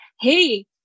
hey